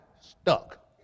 Stuck